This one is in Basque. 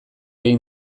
egin